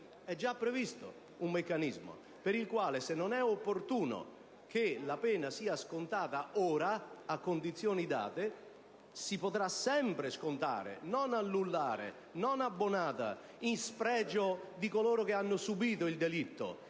È già previsto un meccanismo per il quale, se non è opportuno che la pena sia scontata subito, a condizioni date, si potrà sempre scontare (non annullare o abbuonare, in spregio di coloro che hanno subito il delitto